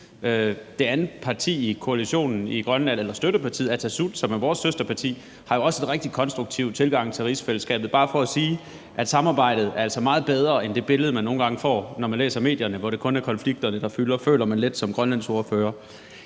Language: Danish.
Det andet parti i koalitionen i Grønland eller støttepartiet, Atassut, som er vores søsterparti, har jo også en rigtig konstruktiv tilgang til rigsfællesskabet. Det er bare for at sige, at samarbejdet altså er meget bedre end det billede, man nogle gange får, når man læser om det i medierne, hvor det kun er konflikterne, der fylder, føler man lidt som grønlandsordfører.